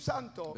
Santo